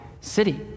city